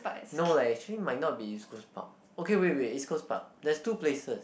no leh actually might not be East-Coast-Park okay wait wait East-Coast-Park there's two places